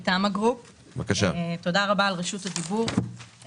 תודה עבור רשות הדיבור,